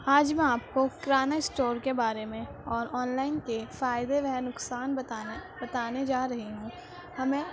آج میں آپ کو کریانہ اسٹور کے بارے میں اور آن لائن کے فائدے و نقصان بتانے بتانے جا رہی ہوں ہمیں